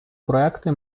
проекти